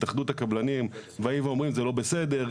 התאחדות הקבלנים באים ואומרים זה לא בסדר,